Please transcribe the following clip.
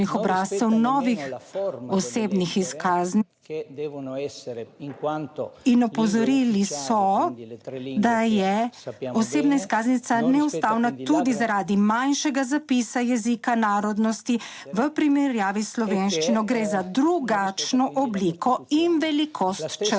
novih osebnih izkaznic. Opozorili so, da je osebna izkaznica neustavna tudi, zaradi manjšega zapisa jezika narodnosti v primerjavi s slovenščino. Gre za drugačno obliko in velikost črk,